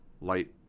light